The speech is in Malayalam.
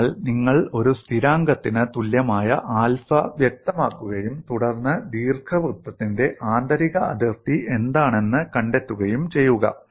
അതിനാൽ നിങ്ങൾ ഒരു സ്ഥിരാങ്കത്തിന് തുല്യമായ ആൽഫ വ്യക്തമാക്കുകയും തുടർന്ന് ദീർഘവൃത്തത്തിന്റെ ആന്തരിക അതിർത്തി എന്താണെന്ന് കണ്ടെത്തുകയും ചെയ്യുക